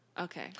Okay